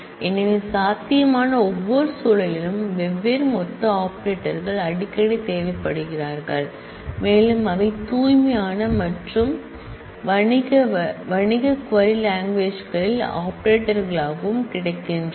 எனவே சாத்தியமான ஒவ்வொரு சூழலிலும் வெவ்வேறு அக்ரிகட் ஆபரேட்டர்கள் அடிக்கடி தேவைப்படுகிறது மேலும் அவை பியூர் மற்றும் கமர்ஷியல் க்வரி லாங்குவேஜ்களில் ஆபரேட்டர்களாகவும் கிடைக்கின்றன